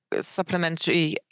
supplementary